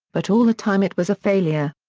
but all the time it was a failure.